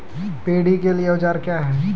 Paddy के लिए औजार क्या हैं?